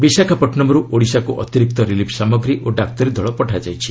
ବିଶାଖାପଟନମରୁ ଓଡ଼ିଶାକୁ ଅତିରିକ୍ତ ରିଲିଫ୍ ସାମଗ୍ରୀ ଓ ଡାକ୍ତରୀ ଦଳ ପଠା ଯାଇଛି